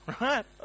right